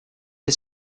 est